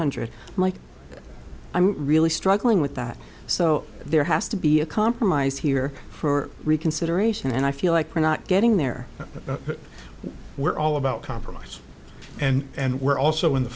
hundred like i'm really struggling with that so there has to be a compromise here for reconsideration and i feel like we're not getting there we're all about compromise and we're also in the